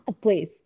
please